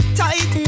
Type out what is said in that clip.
tight